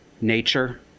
nature